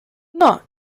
not